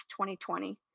2020